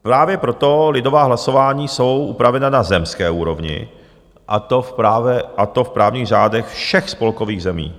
Právě proto lidová hlasování jsou upravena na zemské úrovni, a to v právních řádech všech spolkových zemí.